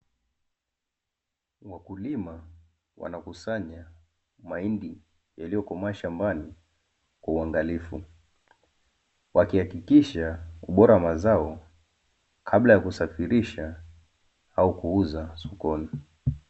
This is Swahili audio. Wakulima wanakusanya mahindi waliyokomaa mashambani kwa uangalifu, wakihakikisha ubora wa mazao Kabla ya kusafirisha au kuuza sokoni.